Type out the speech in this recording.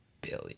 billion